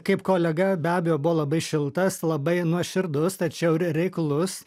kaip kolega be abejo buvo labai šiltas labai nuoširdus tačiau ir reiklus